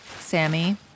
Sammy